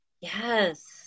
yes